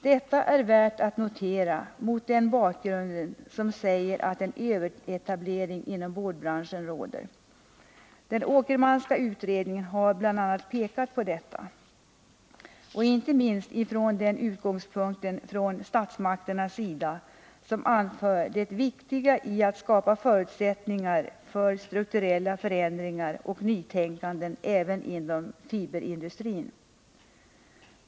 Detta är värt att notera mot den bakgrunden att en överetablering inom boardbranschen råder. Den Åkermanska utredningen har bl.a. pekat på detta. Och inte minst är det värt att notera med den utgångspunkten att man från statsmakternas sida har understrukit det viktiga i att skapa förutsättningar för strukturella förändringar och nytänkande även inom fiberindustrin.